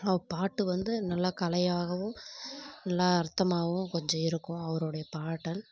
அவர் பாட்டு வந்து நல்லா கலையாகவும் நல்லா அர்த்தமாகவும் கொஞ்சம் இருக்கும் அவருடைய பாடல்